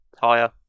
Higher